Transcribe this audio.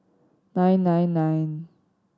nine nine nine